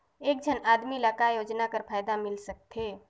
एक झन आदमी ला काय योजना कर फायदा मिल सकथे?